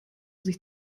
sich